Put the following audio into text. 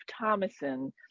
Thomason